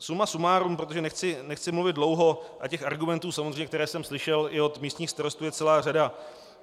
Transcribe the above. Suma sumárum, protože nechci mluvit dlouho a argumentů, které jsem slyšel i od místních starostů, je celá řada,